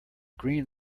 green